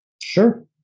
Sure